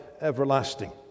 everlasting